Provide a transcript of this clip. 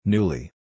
Newly